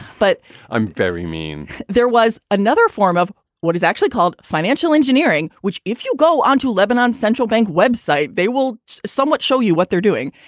but i'm very mean. there was another form of what is actually called financial engineering, which if you go on to lebanon central bank web site, they will somewhat show you what they're doing.